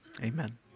Amen